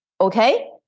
okay